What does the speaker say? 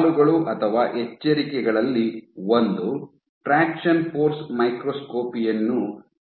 ಸವಾಲುಗಳು ಅಥವಾ ಎಚ್ಚರಿಕೆಗಳಲ್ಲಿ ಒಂದು ಟ್ರಾಕ್ಷನ್ ಫೋರ್ಸ್ ಮೈಕ್ರೋಸ್ಕೋಪಿಯನ್ನು